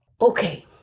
Okay